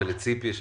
לציפי,